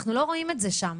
אנחנו לא רואים את זה שם.